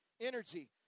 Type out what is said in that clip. Energy